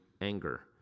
anger